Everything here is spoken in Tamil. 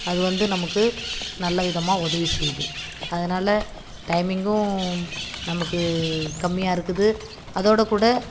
அது வந்து நமக்கு நல்ல விதமாக உதவி செய்து அதனால் டைமிங்கும் நமக்கு கம்மியாருக்குது அதோட கூட